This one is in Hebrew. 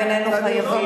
ואיננו חייבים,